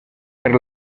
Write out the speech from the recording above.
per